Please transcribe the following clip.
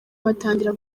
batangira